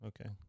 Okay